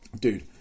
dude